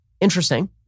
Interesting